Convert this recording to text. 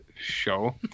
show